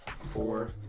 Four